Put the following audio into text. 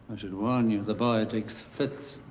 should warn you the boy takes fits.